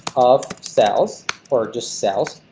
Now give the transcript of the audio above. of sales for just sales.